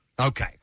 Okay